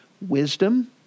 Wisdom